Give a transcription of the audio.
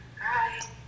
Hi